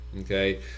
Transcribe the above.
okay